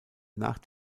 nach